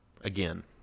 again